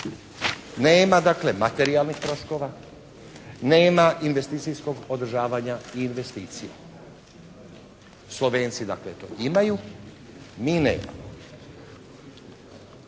Nema dakle materijalnih troškova, nema investicijskog održavanja i investicije. Slovenci dakle to imaju, mi nemamo.